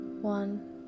one